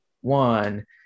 one